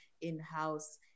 in-house